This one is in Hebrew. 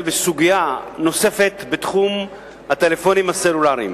בסוגיה נוספת בתחום הטלפונים הסלולריים,